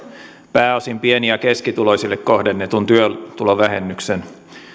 pääosin pieni ja keskituloisille kohdennetun työtulovähennyksen